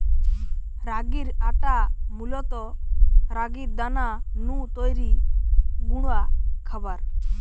রাগির আটা মূলত রাগির দানা নু তৈরি গুঁড়া খাবার